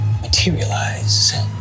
materialize